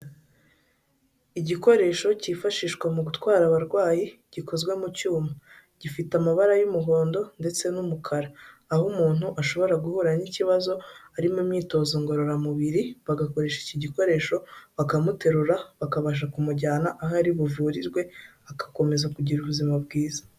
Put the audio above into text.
Igikoresho cyifashishwa mu gutwara abarwayi gikozwe mu cyuma gifite amabara y'umuhondo ndetse n'umukara, aho umuntu ashobora guhura n'ikibazo ari mu imyitozo ngororamubiri bagakoresha iki gikoresho bakamuterura bakabasha kumujyana aho ari buvurirwe agakomeza kugira ubuzima bwiza.